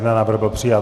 Návrh byl přijat.